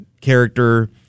Character